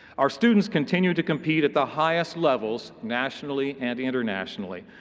our students continue to compete at the highest levels nationally and internationally.